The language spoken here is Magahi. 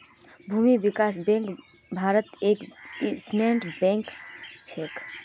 भूमि विकास बैंक भारत्त एक किस्मेर बैंक छेक